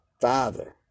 Father